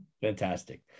Fantastic